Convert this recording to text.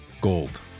Gold